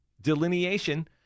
delineation